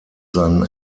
seinen